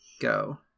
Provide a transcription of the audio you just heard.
go